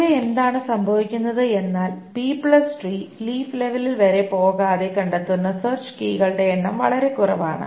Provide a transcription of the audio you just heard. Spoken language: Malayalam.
പൊതുവേ എന്താണ് സംഭവിക്കുന്നത് എന്നാൽ B tree B tree leaf ലെവലിൽ വരെ പോകാതെ കണ്ടെത്തുന്ന സെർച് കീകളുടെ എണ്ണം വളരെ കുറവാണ്